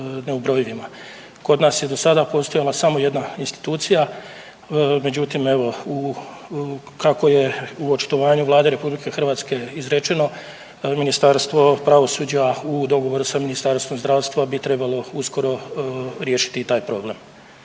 Kod nas je do sada postojala samo jedna institucija. Međutim, evo kako je u očitovanju Vlade Republike Hrvatske izrečeno Ministarstvo pravosuđa u dogovoru sa Ministarstvom zdravstva bi trebalo uskoro riješiti i taj problem.